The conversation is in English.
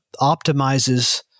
optimizes